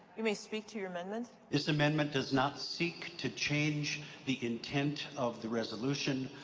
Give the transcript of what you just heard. you may speak to your amendment. this amendment does not seek to change the intent of the resolution,